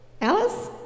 Alice